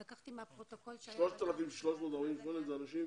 אז לקחתי מהפרוטוקול --- 3,348 זה אנשים